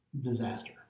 disaster